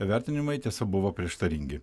vertinimai tiesa buvo prieštaringi